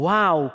Wow